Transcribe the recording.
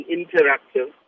interactive